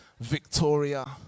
Victoria